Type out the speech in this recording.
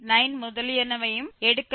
9 முதலியனையும் எடுக்கலாம்